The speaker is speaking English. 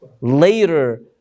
later